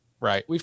Right